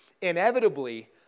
Inevitably